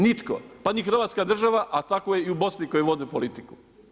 Nitko, pa ni Hrvatska država a tak je i u Bosni koji vode politiku.